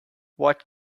what